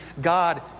God